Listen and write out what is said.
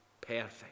perfect